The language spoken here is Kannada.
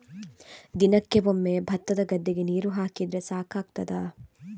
ದಿನಕ್ಕೆ ಒಮ್ಮೆ ಭತ್ತದ ಗದ್ದೆಗೆ ನೀರು ಹಾಕಿದ್ರೆ ಸಾಕಾಗ್ತದ?